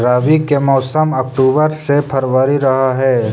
रब्बी के मौसम अक्टूबर से फ़रवरी रह हे